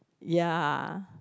ya